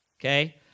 Okay